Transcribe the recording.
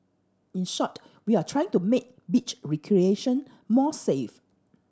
in short we are trying to make beach recreation more safe